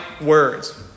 words